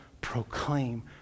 proclaim